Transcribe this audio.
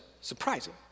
surprising